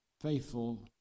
faithful